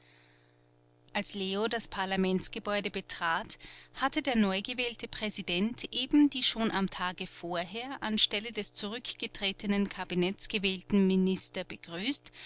als leo das parlamentsgebäude betrat hatte der neugewählte präsident eben die schon am tage vorher an stelle des zurückgetretenen kabinetts gewählten minister begrüßt